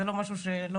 תא"ל אלה שדו,